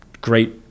great